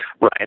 Right